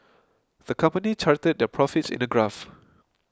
the company charted their profits in a graph